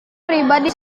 pribadi